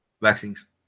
vaccines